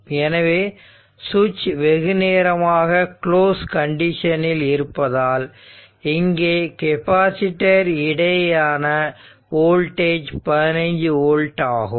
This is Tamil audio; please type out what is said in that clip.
எனவே சுவிட்ச் வெகுநேரமாக குளோஸ் கண்டிஷனில் இருப்பதால் இங்கே கெப்பாசிட்டர் இடையேயான வோல்டேஜ் 15 ஓல்ட் ஆகும்